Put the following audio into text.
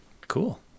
Cool